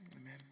amen